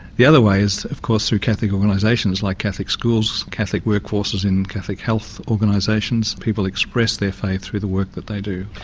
the other way is of course, through catholic organisations like catholic schools, catholic workforces in catholic health organisations. people express their faith through the work that they do.